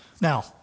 Now